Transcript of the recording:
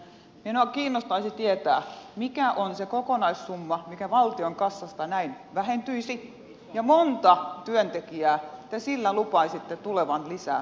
minua kiinnostaisi tietää mikä on se kokonaissumma mikä valtion kassasta näin vähentyisi ja montako työntekijää te sillä lupaisitte tulevan lisää palkatuksi